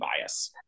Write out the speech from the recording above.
bias